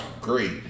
great